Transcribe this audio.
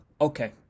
Okay